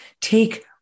Take